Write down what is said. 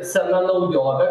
sena naujovė